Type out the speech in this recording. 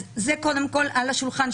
אז זה קודם כול על השולחן,